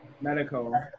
Medical